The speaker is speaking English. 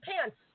pants